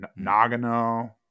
Nagano